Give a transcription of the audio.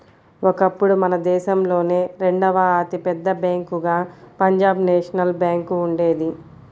ఒకప్పుడు మన దేశంలోనే రెండవ అతి పెద్ద బ్యేంకుగా పంజాబ్ నేషనల్ బ్యేంకు ఉండేది